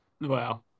wow